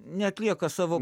neatlieka savo